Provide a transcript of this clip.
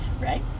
right